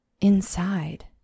Inside